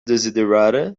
desiderata